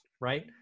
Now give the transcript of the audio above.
right